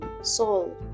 soul